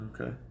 Okay